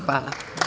Hvala.